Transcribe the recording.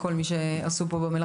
לכל מי שעשו פה במלאכה,